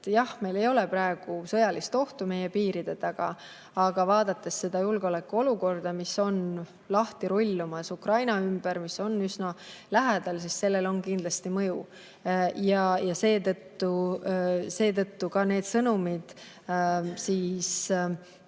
Jah, meil ei ole praegu sõjalist ohtu meie piiride taga, aga vaadates seda julgeolekuolukorda, mis on lahti rullumas Ukraina ümber, mis on üsna lähedal, [tuleb öelda], et sellel on kindlasti mõju. Seetõttu on minu meelest